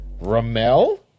Ramel